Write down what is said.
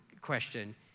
question